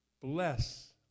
bless